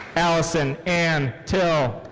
allison ann till.